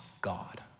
God